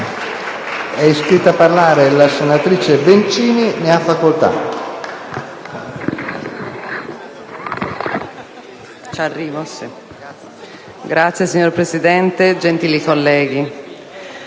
È iscritta a parlare la senatrice D'Adda. Ne ha facoltà.